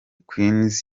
queens